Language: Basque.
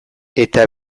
eta